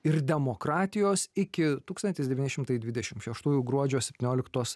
ir demokratijos iki tūkstantis devyni šimtai dvidešim šeštųjų gruodžio septynioliktos